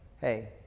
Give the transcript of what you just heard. hey